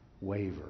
waver